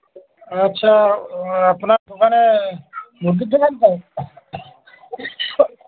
আচ্ছা আপনার ওখানে মুরগির দোকান তো